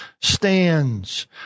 stands